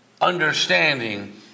understanding